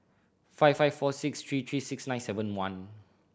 five five four six three three six nine seven one